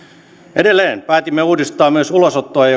edelleen päätimme uudistaa myös ulosottoa ja